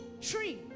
tree